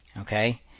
Okay